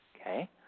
Okay